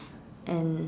and